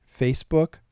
Facebook